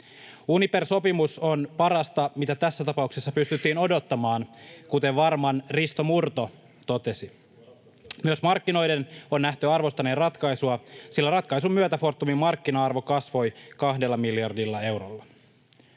Uniper-sopimus on parasta, mitä tässä tapauksessa pystyttiin odottamaan, kuten Varman Risto Murto totesi. Myös markkinoiden on nähty arvostaneen ratkaisua, sillä ratkaisun myötä Fortumin markkina-arvo kasvoi kahdella miljardilla eurolla.